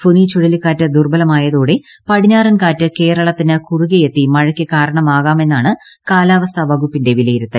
ഫോനി ചുഴലിക്കാറ്റ് ദുർബലമായതോടെ പടിഞ്ഞാറൻകാറ്റ് കേരളത്തിന് കുറുകെയെത്തി മഴയ്ക്ക് കാരണമാകാമെന്നാണ് കാലാവസ്ഥാ വകുപ്പിന്റെ വിലയിരുത്തൽ